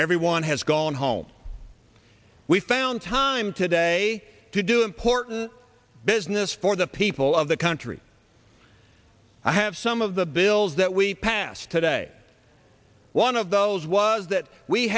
everyone has gone home we found time today to do important business for the people of the country i have some of the bills that we passed today one of those was that we